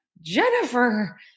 Jennifer